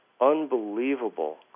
unbelievable